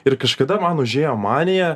ir kažkada man užėjo manija